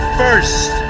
first